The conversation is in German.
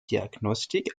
diagnostik